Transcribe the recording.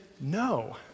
no